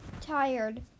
tired